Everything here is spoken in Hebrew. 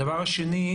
הדבר השני,